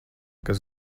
kas